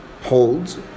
holds